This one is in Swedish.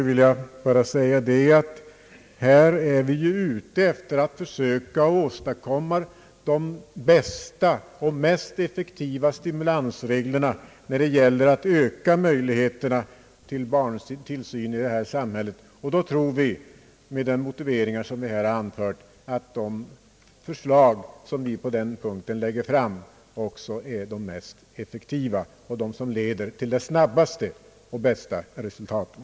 Vi är dock ute efter att försöka åstadkomma de bästa och mest effektiva stimulansreglerna när det gäller att öka möjligheterna till barntillsyn i vårt samhälle. De förslag vi har lagt fram och motiverat tror vi också är de mest effektiva och leder fram till de snabbaste och bästa resultaten.